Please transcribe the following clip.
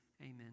Amen